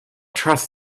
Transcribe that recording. trust